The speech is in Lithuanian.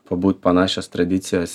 pabūt panašios tradicijos